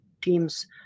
teams